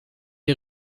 die